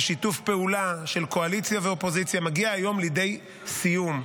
בשיתוף פעולה של קואליציה ואופוזיציה, לידי סיום.